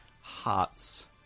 hearts